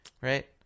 Right